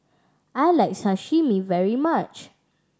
I like Sashimi very much